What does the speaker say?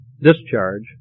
discharge